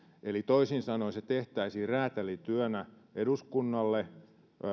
eli toisin sanoen se tehtäisiin räätälityönä eduskunnalle